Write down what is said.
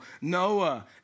Noah